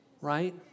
Right